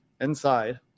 inside